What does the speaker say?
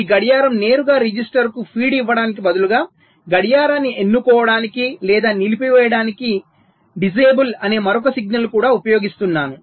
ఈ గడియారం నేరుగా రిజిస్టర్కు ఫీడ్ ఇవ్వడానికి బదులుగా గడియారాన్ని ఎన్నుకోవటానికి లేదా నిలిపివేయడానికి డిసేబుల్ అనే మరొక సిగ్నల్ను కూడా ఉపయోగిస్తున్నాను